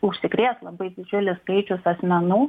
užsikrės labai didžiulis skaičius asmenų